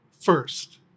first